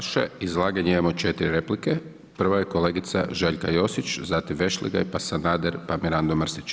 Na vaše izlaganje imamo 4 replike, prva je kolegica Željka Josić, zatim Vešligaj, pa Sanader, pa Mirando Mrsić.